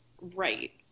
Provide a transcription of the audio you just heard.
right